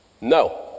No